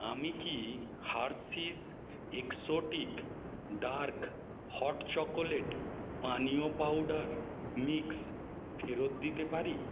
আমি কি Hershey's exotic dark hot chocolate পানীয় পাউডার মিক্স ফেরত দিতে পারি